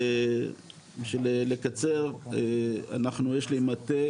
בשביל לקצר, יש לי מטה